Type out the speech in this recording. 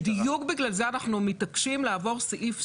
בדיוק בגלל זה אנחנו מתעקשים לעבור סעיף,